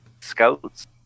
scouts